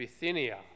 Bithynia